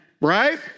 Right